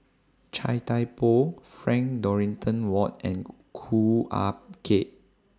Chia Thye Poh Frank Dorrington Ward and Ah Kay